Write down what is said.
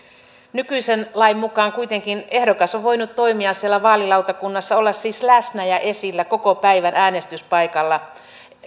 nykyisen lain mukaan kuitenkin ehdokas on voinut toimia siellä vaalilautakunnassa olla siis läsnä ja esillä koko päivän äänestyspaikalla